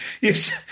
yes